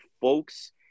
Folks